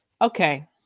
Okay